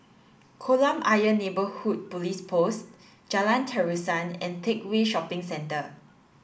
Kolam Ayer Neighbourhood Police Post Jalan Terusan and Teck Whye Shopping Centre